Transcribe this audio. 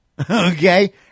Okay